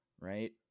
Right